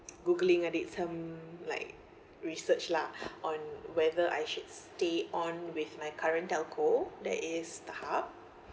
googling I did some like research lah on whether I should stay on with my current telco that is starhub